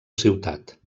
ciutat